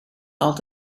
out